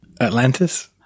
Atlantis